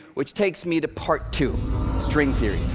which takes me to part two string theory.